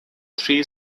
three